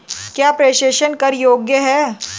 क्या प्रेषण कर योग्य हैं?